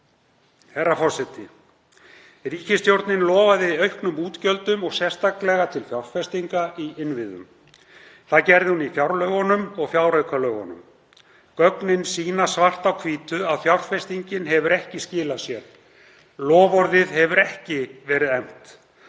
Herra forseti. Ríkisstjórnin lofaði auknum útgjöldum og sérstaklega til fjárfestinga í innviðum. Það gerði hún í fjárlögunum og fjáraukalögunum. Gögnin sýna svart á hvítu að fjárfestingin hefur ekki skilað sér. Loforðið hefur ekki verið efnt.